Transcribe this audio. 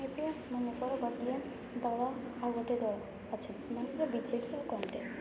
ଏବେ ମନେ କର ଗୋଟିଏ ଦଳ ଆଉ ଗୋଟେ ଦଳ ଅଛନ୍ତି ମନେକର ବିଜେଡ଼ି ଆଉ କଂଗ୍ରେସ